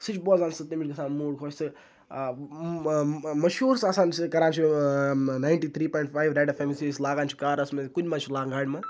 سُہ چھِ بوزان سُہ تٔمِس چھِ گژھان موٗڈ خۄش تہٕ مٔشہوٗر آسان سُہ کَران چھُ ninety three point five Red F M یُتھُے أسۍ لاگان چھِ کاڈَس منٛز کُنہِ منٛز چھِ لاگان گاڑِ منٛز